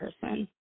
person